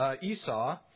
Esau